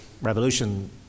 revolution